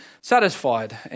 satisfied